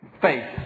faith